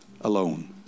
alone